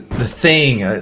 the thing,